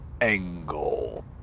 Angle